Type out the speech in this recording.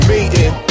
Meeting